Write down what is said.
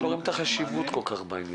ייתכן שלא רואים את החשיבות כל כך בעניין.